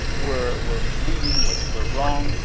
were were misleading, were were wrong,